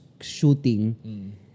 shooting